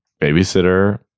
babysitter